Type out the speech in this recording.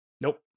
nope